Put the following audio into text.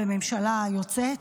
בממשלה היוצאת,